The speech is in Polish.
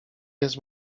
jest